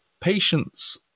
Patience